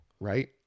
right